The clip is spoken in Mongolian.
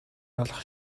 олох